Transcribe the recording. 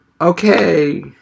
Okay